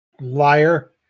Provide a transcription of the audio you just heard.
Liar